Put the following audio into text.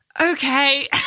okay